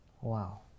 Wow